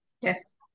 Yes